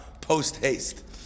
post-haste